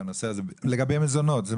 לגבי מזונות.